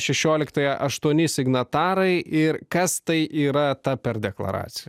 šešioliktąją aštuoni signatarai ir kas tai yra ta per deklaraciją